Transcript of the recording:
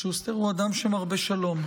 שוסטר הוא אדם שמרבה שלום.